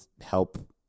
help